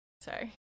Sorry